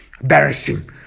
embarrassing